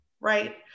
right